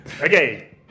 Okay